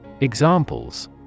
Examples